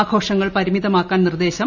ആഘോഷങ്ങൾ പരിമിതമാക്കാൻ നിർദ്ദേശം